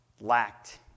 lacked